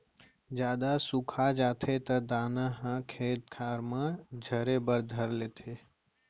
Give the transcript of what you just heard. जादा सुखा जाथे त दाना ह खेत खार म झरे बर धर लेथे